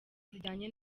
zijyanye